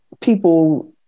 people